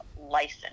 license